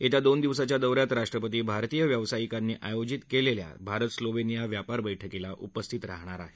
या दोन दिवसाच्या दौ यात राष्ट्रपती भारतीय व्यवसायिकांनी आयोजित कलिखा भारत स्लोवनिया व्यापार बैठकीला उपस्थित राहतील